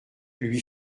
lui